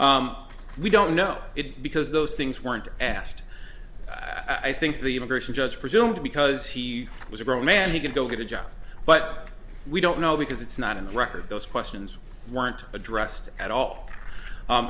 child we don't know it because those things weren't asked i think the immigration judge presumed because he was a grown man he could go get a job but we don't know because it's not in the record those questions weren't addressed at all